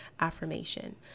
affirmation